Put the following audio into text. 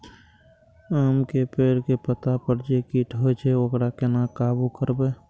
आम के पेड़ के पत्ता पर जे कीट होय छे वकरा केना काबू करबे?